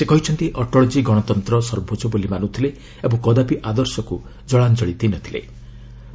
ସେ କହିଚ୍ଚନ୍ତି ଅଟଳଜୀ ଗଣତନ୍ତ୍ର ସର୍ବୋଚ୍ଚ ବୋଲି ମାନୁଥିଲେ ଏବଂ କଦାପି ଆଦର୍ଶକୁ ଜଳାଞ୍ଚଳି ଦେଇନାହାନ୍ତି